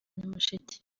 nyamasheke